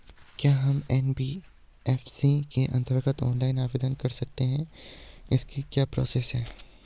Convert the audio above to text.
क्या हम एन.बी.एफ.सी के अन्तर्गत ऑनलाइन आवेदन कर सकते हैं इसकी क्या प्रोसेस है?